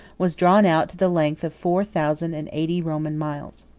was drawn out to the length of four thousand and eighty roman miles.